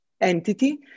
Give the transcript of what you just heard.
entity